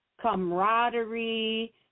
camaraderie